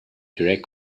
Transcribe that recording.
direct